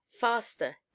faster